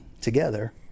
together